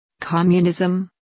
communism